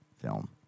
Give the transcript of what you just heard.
film